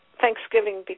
Thanksgiving